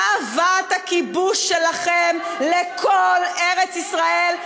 תאוות הכיבוש שלכם לכל ארץ-ישראל,